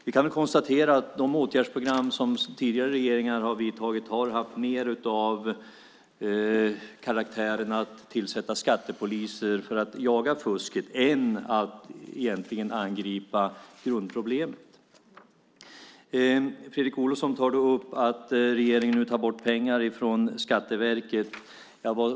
Vi kan konstatera att de åtgärdsprogram som tidigare regeringar har vidtagit mer har haft karaktären av att tillsätta skattepoliser för att jaga fusket än att egentligen angripa grundproblemet. Fredrik Olovsson tar upp att regeringen nu tar bort pengar från Skatteverket.